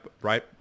right